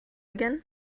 again